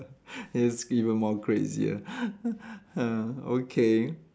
it's even more crazier ah okay